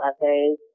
essays